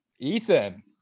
Ethan